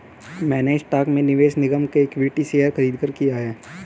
मैंने स्टॉक में निवेश निगम के इक्विटी शेयर खरीदकर किया है